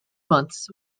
months